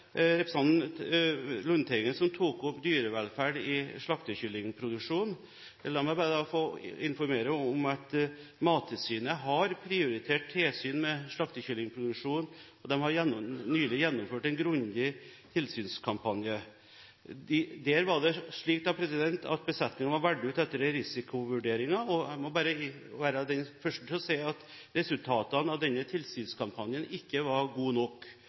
representanten Lundteigen som tok opp dyrevelferd i slaktekyllingproduksjonen. La meg bare få informere om at Mattilsynet har prioritert tilsyn med slaktekyllingproduksjon, og de har nylig gjennomført en grundig tilsynskampanje. Der var det slik at besetningene var valgt ut etter risikovurderinger, og jeg må være den første til å si at resultatene av denne tilsynskampanjen ikke var gode nok.